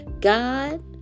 God